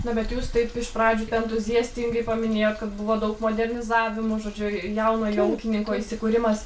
na bet jūs taip iš pradžių entuziastingai paminėjot kad buvo daug modernizavimų žodžiu jaunojo ūkininko įsikūrimas